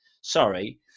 sorry